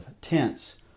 tense